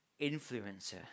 influencer